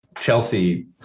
Chelsea